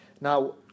Now